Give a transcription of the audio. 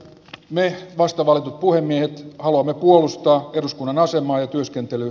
ne vastavat puhemiehen haluamme puolustaa eduskunnan asema ja työskentelyn